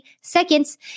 seconds